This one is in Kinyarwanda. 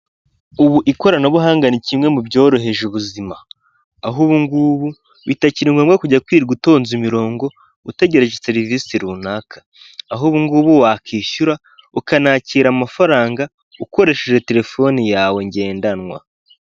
Ubu ikoranabuhanga ni kimwe mu byoroheje ubuzima aho ubungubu bitakiri ngombwa kujya kwirwa utonza imirongo utegereje serivisi runaka, aho ubungubu wakwishyura ukanakira amafaranga ukoresheje telefoni yawe ngendanwa.